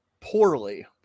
Poorly